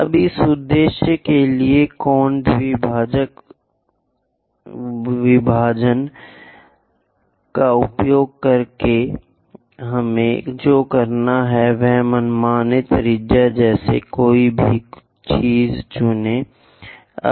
अब इस उद्देश्य के लिए कोण द्विभाजक विभाजन का उपयोग करें कि हमें जो करना है वह मनमाना त्रिज्या जैसी कोई भी चीज़ चुनें